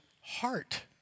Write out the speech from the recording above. heart